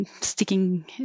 sticking